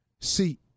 See